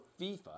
FIFA